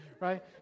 right